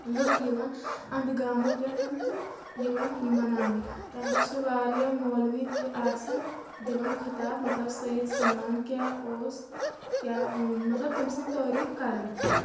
لُکھ یِوان انٛدٕ گامو پٮ۪ٹھ تہٕ یِوان مَناونہٕ تَمہِ دۄہ چھِ واریاہ مولوی تہِ آسان دِوان خٕتاب مطلب سید سمنان کیاہ اوس تہٕ کیاہ مطلب تٔمۍ سٕنٛدۍ تعٲریٖف کران